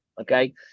okay